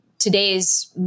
today's